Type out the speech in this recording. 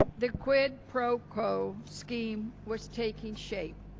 the quid pro quo scheme was taking shape.